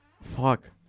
Fuck